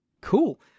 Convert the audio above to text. cool